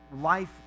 Life